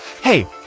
hey